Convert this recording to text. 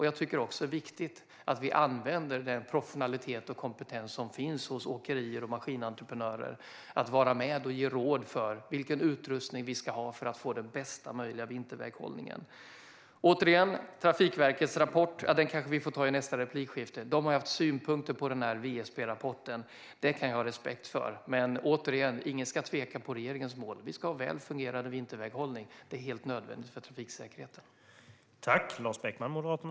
Jag tycker också att det är viktigt att vi använder den professionalitet och kompetens som finns hos åkerier och maskinentreprenörer och att dessa är med och ger råd om vilken utrustning vi ska ha för att få bästa möjliga vinterväghållning. Trafikverket har haft synpunkter på VSP-rapporten, och det kan jag ha respekt för. Men - återigen - ingen ska tveka vad gäller regeringens mål: Vi ska ha väl fungerande vinterväghållning. Det är helt nödvändigt för trafiksäkerheten.